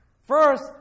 First